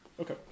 Okay